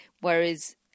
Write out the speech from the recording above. Whereas